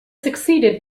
succeeded